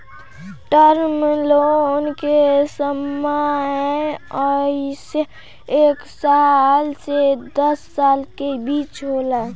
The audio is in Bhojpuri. टर्म लोन के समय अइसे एक साल से दस साल के बीच होला